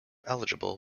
eligible